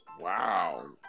Wow